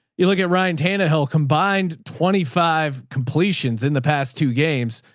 you look at ryan tannehill, combined twenty five completions in the past two games,